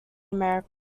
america